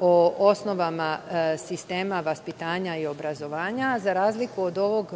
o osnovama sistema vaspitanja i obrazovanja, za razliku od ovog